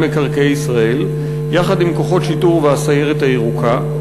מקרקעי ישראל יחד עם כוחות שיטור והסיירת הירוקה.